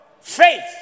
Faith